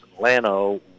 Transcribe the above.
Lano